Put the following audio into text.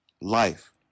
life